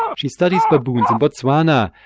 um she studies baboons in botswana,